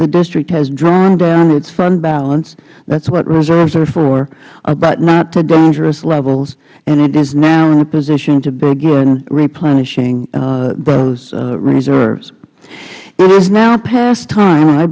the district has drawn down its fund balance that's what reserves are for but not to dangerous levels and it is now in a position to begin replenishing those reserves it is now past time i